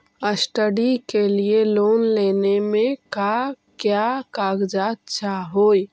Study के लिये loan लेने मे का क्या कागजात चहोये?